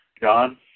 John